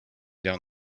down